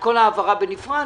כל העברה בנפרד,